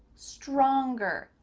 stronger,